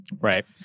Right